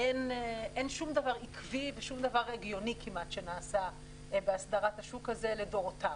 אין שום דבר עקבי ושום דבר הגיוני כמעט שנעשה בהסדרת השוק הזה לדורותיו.